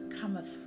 cometh